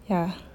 yeah